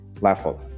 level